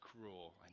cruel